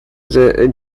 the